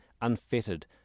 unfettered